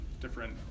different